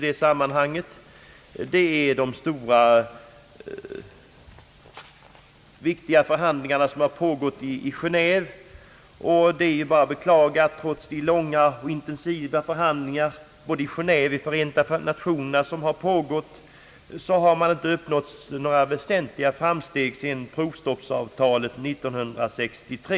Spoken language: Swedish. Det är bara att beklaga att trots de långa och intensiva förhandlingar som förts både i Geneve och Förenta Nationerna har några väsentliga framsteg inte uppnåtts sedan provstoppsavtalet 1963.